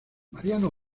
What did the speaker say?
mariano